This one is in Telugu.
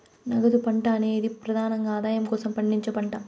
నగదు పంట అనేది ప్రెదానంగా ఆదాయం కోసం పండించే పంట